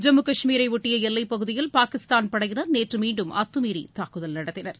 ஜம்மு கஷ்மீரையொட்டிய எல்லைப் பகுதியில் பாகிஸ்தான் படையினர் நேற்று மீன்டும் அத்தமீறி தாக்குதல் நடத்தினர்